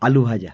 আলু ভাজা